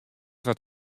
wat